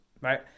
right